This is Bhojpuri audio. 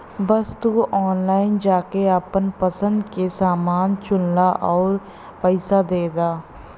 बस तू ऑनलाइन जाके आपन पसंद के समान चुनला आउर पइसा दे दा